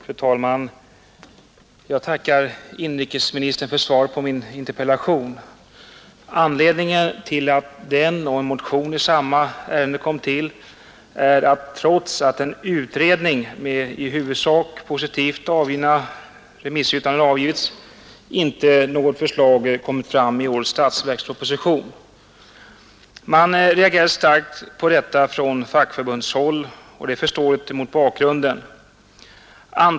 Fru talman! Jag tackar inrikesministern för svaret på min interpellation. Anledningen till att den och en motion i samma ärende kom till är att, trots att en utredning med i huvudsak positiva remissyttranden avgivits, något förslag inte framlagts i årets statsverksproposition. Man reagerade starkt på detta från fackförbundshåll, och det är förståeligt mot bakgrunden till det hela.